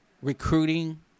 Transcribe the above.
recruiting